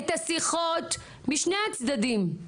את השיחות משני הצדדים.